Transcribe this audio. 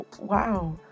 wow